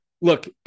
look